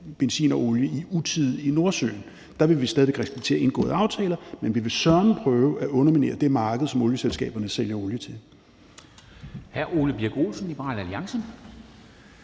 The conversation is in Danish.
benzin og olie i utide i Nordsøen. Der vil vi stadig væk respektere indgåede aftaler, men vi vil søreme prøve at underminere det marked, som olieselskaberne sælger olie til.